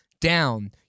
down